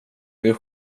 hur